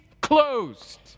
closed